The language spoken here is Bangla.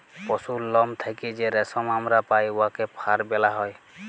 পশুর লম থ্যাইকে যে রেশম আমরা পাই উয়াকে ফার ব্যলা হ্যয়